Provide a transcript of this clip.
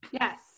Yes